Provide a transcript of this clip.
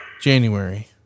January